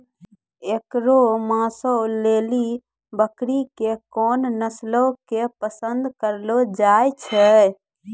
एकरो मांसो लेली बकरी के कोन नस्लो के पसंद करलो जाय छै?